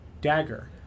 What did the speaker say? dagger